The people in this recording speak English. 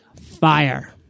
FIRE